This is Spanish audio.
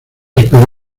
esperó